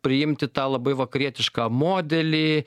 priimti tą labai vakarietišką modelį